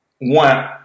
one